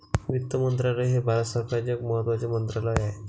वित्त मंत्रालय हे भारत सरकारचे एक महत्त्वाचे मंत्रालय आहे